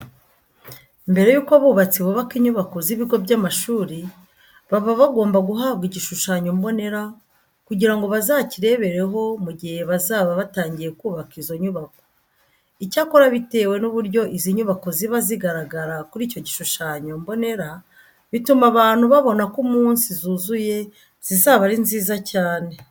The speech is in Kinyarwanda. Mbere yuko abubatsi bubaka inyubako z'ibigo by'amashuri baba bagomba guhabwa igishushanyo mbonera kugira ngo bazakirebereho mu gihe bazaba batangiye kubaka izo nyubako. Icyakora bitewe n'uburyo izi nyubako ziba zigaragara kuri icyo gishushanyo mbonera bituma abantu babona ko umunsi zuzuye zizaba ari nziza cyane.